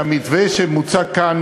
שהמתווה שמוצג כאן,